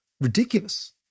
ridiculous